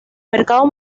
mercado